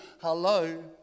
Hello